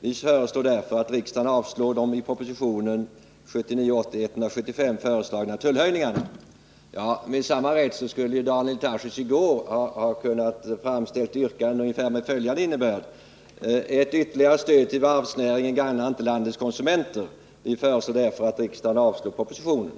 Vi föreslår därför att Med samma rätt skulle Daniel Tarschys i går ha kunnat framställa ett yrkande med ungefär följande innebörd: Ett ytterligare stöd till varvsnäringen gagnar inte landets konsumenter. Vi föreslår därför att riksdagen avslår propositionen.